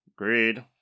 Agreed